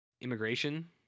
immigration